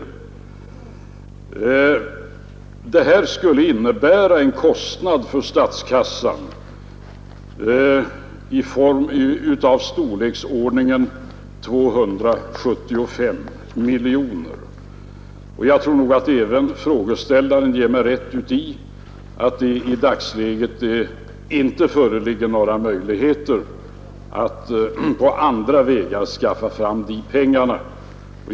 Förslaget skulle innebära en kostnad för statskassan av storleksordningen 275 miljoner. Även frågeställaren ger mig nog rätt uti att det i dagsläget inte föreligger några möjligheter att på andra vägar skaffa fram de pengarna.